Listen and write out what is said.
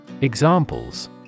Examples